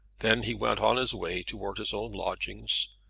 then he went on his way towards his own lodgings,